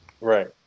Right